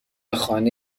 خانه